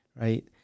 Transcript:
right